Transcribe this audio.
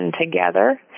together